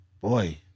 boy